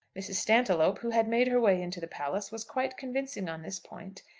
mrs. stantiloup, who had made her way into the palace, was quite convincing on this point.